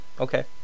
Okay